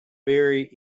bury